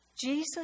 Jesus